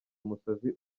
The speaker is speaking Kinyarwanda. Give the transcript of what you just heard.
umusazi